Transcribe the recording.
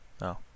No